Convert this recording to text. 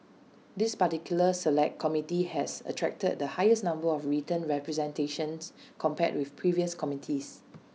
this particular Select Committee has attracted the highest number of written representations compared with previous committees